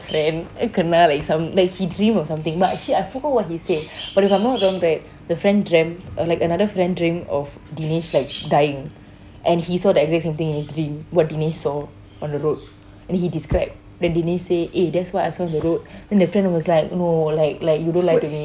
friend kena like some like he dream of something but actually I forgot what he said but if I'm not wrong right the friend dreamt uh like another friend dreamt of dinesh like dying and he saw the exact same thing in his dream what dinesh saw on the road and then he describe then dinesh say eh that's what I saw on the road then the friend was like no like like you don't lie to me